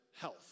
health